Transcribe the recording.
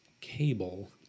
Cable